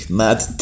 mad